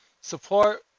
support